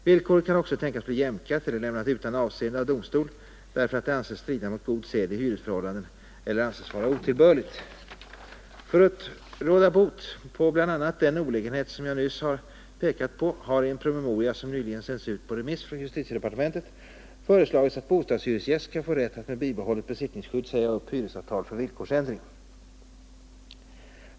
Villkoret kan också tänkas bli jämkat eller lämnat utan avseende av domstol därför att det anses strida mot god sed i hyresförhållanden eller annars vara otillbörligt. För att råda bot på bl.a. den olägenhet som jag nyss har pekat på har i en promemoria som nyligen sänts ut på remiss från justitiedepartementet föreslagits att bostadshyresgäst skall få rätt att med bibehållet besittningsskydd säga upp hyresavtal för villkorsändring.